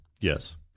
Yes